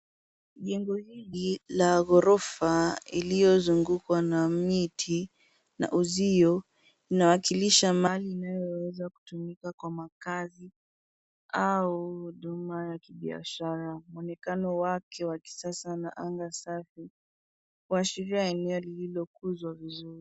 Jengo hii ya ghorofa iliozungukwa na miti na uzio linawakilisha mahali inayoweza kutumiwa kwa makazi au huduma ya kibiashara. Mwenekano wake wa kisasa na anga safi kuashiria eneo lililo kuzwa vizuri.